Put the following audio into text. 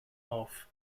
auf